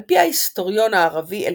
על פי ההיסטוריון הערבי אל-קיפטי,